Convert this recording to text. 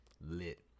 Lit